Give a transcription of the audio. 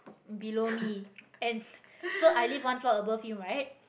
below me